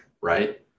right